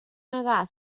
negar